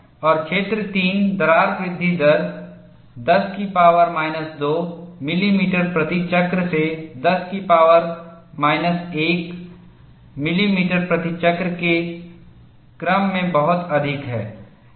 और क्षेत्र 3 दरार वृद्धि दर 10 2mm प्रति चक्र से 10 1mm प्रति चक्र के क्रम में बहुत अधिक है